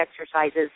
exercises